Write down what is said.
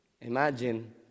Imagine